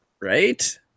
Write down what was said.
right